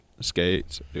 skates